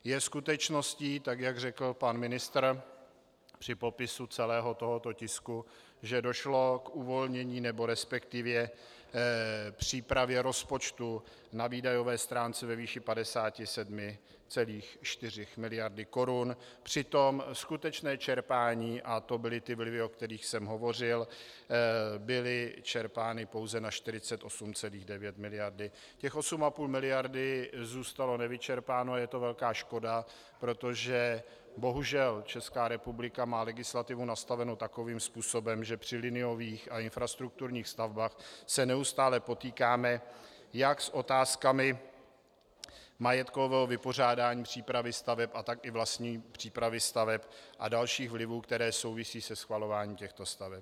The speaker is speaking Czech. Je skutečností, tak jak řekl pan ministr při popisu celého tohoto tisku, že došlo k uvolnění, resp. přípravě rozpočtu na výdajové stránce ve výši 57,4 mld. korun, přitom skutečné čerpání a to byly ty vlivy, o kterých jsem hovořil byly čerpány pouze na 48,9 mld. Těch 8,5 mld. zůstalo nevyčerpáno a je to velká škoda, protože bohužel Česká republika má legislativu nastavenu takovým způsobem, že při liniových a infrastrukturních stavbách se neustále potýkáme jak s otázkami majetkového vypořádání přípravy staveb, tak i vlastní přípravy staveb a dalších vlivů, které souvisejí se schvalováním těchto staveb.